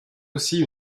aussi